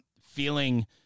feeling